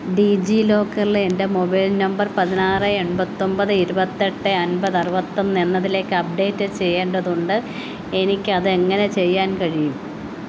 digi ലോക്കറിലെ എൻ്റെ mobile number പതിനാറ് എൺപത്തൊൻപത് ഇരുപത്തെട്ട് അൻപത് അറുപത്തൊന്ന് എന്നതിലേക്ക് അപ്ഡേറ്റ് ചെയ്യേണ്ടതുണ്ട് എനിക്കത് എങ്ങനെ ചെയ്യാൻ കഴിയും